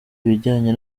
ibijyanye